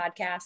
podcast